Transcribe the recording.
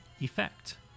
effect